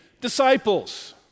disciples